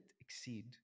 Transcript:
exceed